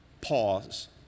pause